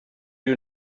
you